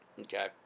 Okay